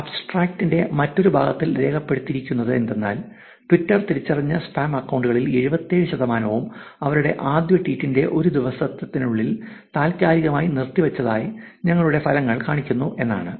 അബ്സ്ട്രക്ടിന്റെ മറ്റൊരു ഭാഗത്തിൽ രേഖപ്പെടുത്തിയിരിക്കുന്നത് എന്തെന്നാൽ ട്വിറ്റർ തിരിച്ചറിഞ്ഞ സ്പാം അക്കൌണ്ടുകളിൽ 77 ശതമാനവും അവരുടെ ആദ്യ ട്വീറ്റിന്റെ ഒരു ദിവസത്തിനുള്ളിൽ താൽക്കാലികമായി നിർത്തിവച്ചതായി ഞങ്ങളുടെ ഫലങ്ങൾ കാണിക്കുന്നു എന്നാണ്